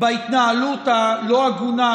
בהתנהלות הלא-הגונה,